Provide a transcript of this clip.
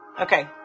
okay